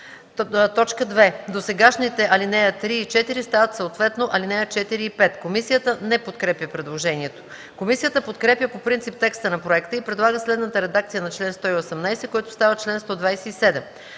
цел”. 2. Досегашните ал. 3 и 4 стават съответно ал. 4 и 5.” Комисията не подкрепя предложението. Комисията подкрепя по принцип текста на проекта и предлага следната редакция на чл. 118, който става чл. 127: